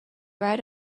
right